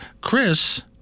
Chris